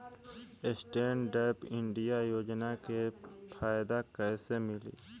Stand up India योजना के फायदा कैसे मिली?